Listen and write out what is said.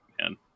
man